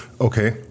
Okay